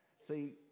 see